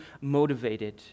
motivated